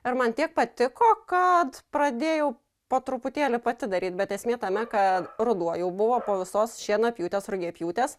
ir man tiek patiko kad pradėjau po truputėlį pati daryt bet esmė tame kad ruduo jau buvo po visos šienapjūtės rugiapjūtės